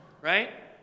Right